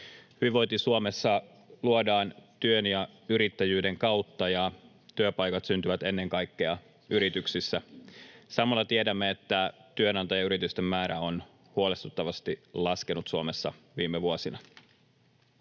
Hyvinvointi Suomessa luodaan työn ja yrittäjyyden kautta, ja työpaikat syntyvät ennen kaikkea yrityksissä. Samalla tiedämme, että työnantajayritysten määrä on huolestuttavasti laskenut Suomessa viime vuosina.